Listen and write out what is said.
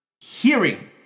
Hearing